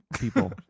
people